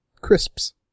crisps